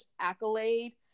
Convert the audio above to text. accolade